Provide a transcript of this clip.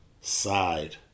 side